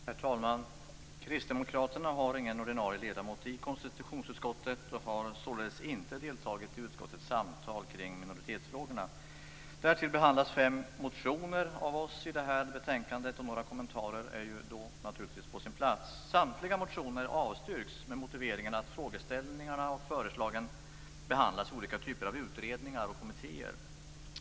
Herr talman! Kristdemokraterna har ingen ordinarie ledamot i konstitutionsutskottet och har således inte deltagit i utskottets samtal kring minoritetsfrågorna. Därtill behandlas fem av våra motioner i det här betänkandet, och några kommentarer är då naturligtvis på sin plats. Samtliga motioner avstyrks med motiveringen att frågeställningarna och förslagen behandlas i olika typer av utredningar och kommittéer.